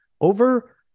over